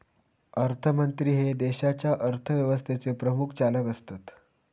अर्थमंत्री हे देशाच्या अर्थव्यवस्थेचे प्रमुख चालक असतत